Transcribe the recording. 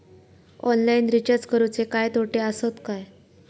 Online recharge करुचे काय तोटे आसत काय?